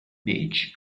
beach